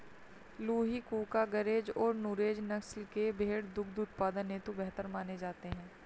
लूही, कूका, गरेज और नुरेज नस्ल के भेंड़ दुग्ध उत्पादन हेतु बेहतर माने जाते हैं